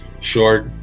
Short